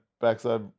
backside